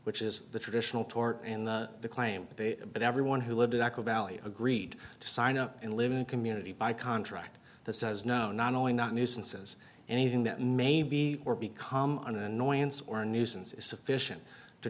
which is the traditional tort and the claim but everyone who lived in aqua valley agreed to sign up and live in a community by contract that says no not only not nuisances anything that may be or become an annoyance or a nuisance is sufficient to